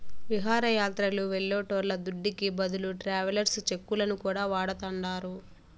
విహారయాత్రలు వెళ్లేటోళ్ల దుడ్డుకి బదులు ట్రావెలర్స్ చెక్కులను కూడా వాడతాండారు